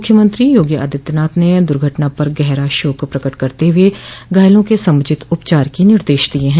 मुख्यमंत्री योगी आदित्यनाथ ने दुर्घटना पर गहरा शोक प्रकट करते हुए घायलों के समुचित उपचार के निर्देश दिये हैं